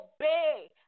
obey